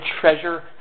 treasure